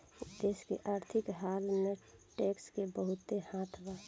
देश के आर्थिक हाल में टैक्स के बहुते हाथ बा